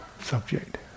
subject